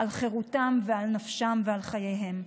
על חירותם ועל נפשם ועל חייהם,